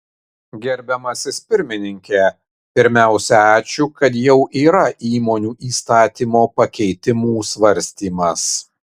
gerbiamasis pirmininke pirmiausia ačiū kad jau yra įmonių įstatymo pakeitimų svarstymas